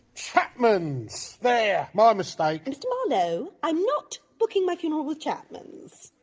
chapman's. there. my mistake! mr marlowe, i'm not booking my funeral with chapman's.